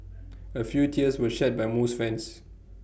A few tears were shed by most fans